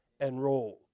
enrolled